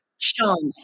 chance